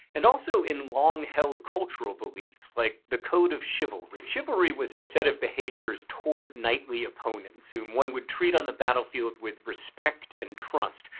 and also in long-held cultural beliefs, like the code of chivalry. chivalry was a set of behaviors toward knightly opponents, whom one would treat on the battlefield with respect and trust,